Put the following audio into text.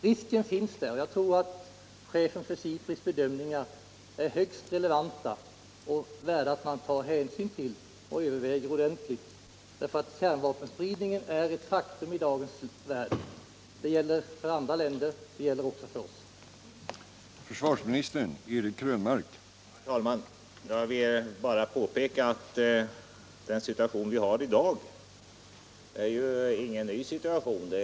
Risken finns — och jag tror att skälen för SIPRI:s bedömningar är högst relevanta och värda att man tar hänsyn till dem och överväger dem ordentligt — eftersom kärnvapenspridningen är ett faktum i dagens värld; det gäller för andra länder och det gäller också för vårt land.